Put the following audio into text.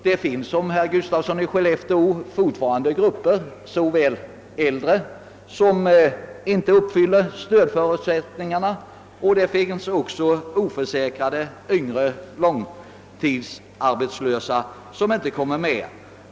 Det finns, herr Gustafsson i Skellefteå, fortfarande människor, såväl äldre som yngre, som inte uppfyller förutsättningarna för stöd, och det finns också oförsäkrade yngre långtidsarbetslösa som inte kommer med.